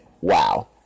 Wow